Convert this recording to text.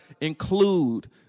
include